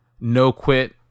no-quit